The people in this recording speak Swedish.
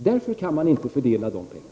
Därför kan man inte fördela de pengarna.